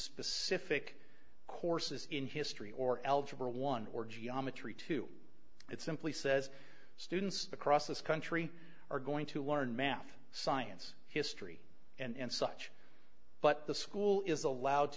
specific courses in history or algebra one or geometry two it simply says students across this country are going to learn math science history and such but the school is allowed to